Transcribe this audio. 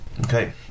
Okay